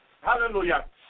hallelujah